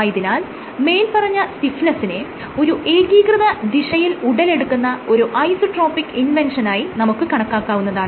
ആയതിനാൽ മേല്പറഞ്ഞ സ്റ്റിഫ്നെസ്സിനെ ഒരു ഏകീകൃത ദിശയിൽ ഉടലെടുക്കുന്ന ഒരു ഐസോട്രോപിക് ഇൻവെൻഷനായി നമുക്ക് കണക്കാക്കാവുന്നതാണ്